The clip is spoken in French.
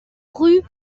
rue